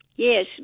Yes